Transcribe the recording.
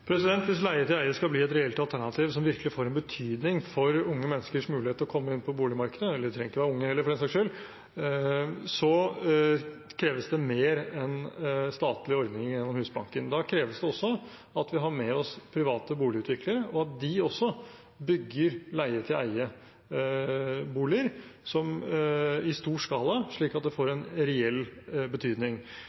Hvis leie-til-eie skal bli et reelt alternativ som virkelig får betydning for unge menneskers mulighet til å komme inn på boligmarkedet – de trenger ikke være unge heller, for den saks skyld – kreves det mer enn statlige ordninger gjennom Husbanken. Da kreves det også at vi har med oss private boligutviklere, at de også bygger leie-til-eie-boliger i stor skala, slik at det får en reell betydning.